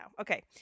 Okay